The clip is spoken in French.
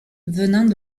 venant